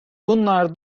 bunlar